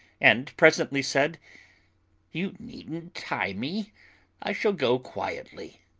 and presently said you needn't tie me i shall go quietly!